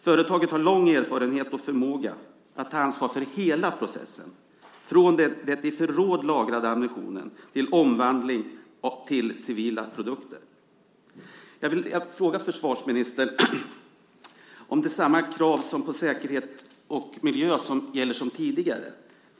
Företaget har lång erfarenhet och stor förmåga att ta ansvar för hela processen, från den i förråd lagrade ammunitionen till omvandling och framställning av civila produkter. Jag vill fråga försvarsministern om samma krav på säkerhet och miljö som tidigare gäller.